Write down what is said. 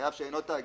מחייב שאינו תאגיד,